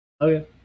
Okay